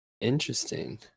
Interesting